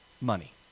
money